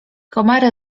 komary